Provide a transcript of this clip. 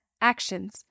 Actions